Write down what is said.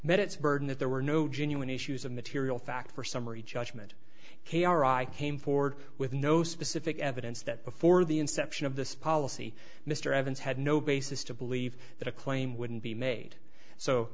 its burden that there were no genuine issues of material fact for summary judgment k r i came forward with no specific evidence that before the inception of this policy mr evans had no basis to believe that a claim wouldn't be made so